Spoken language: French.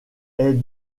est